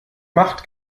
macht